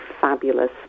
fabulous